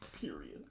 period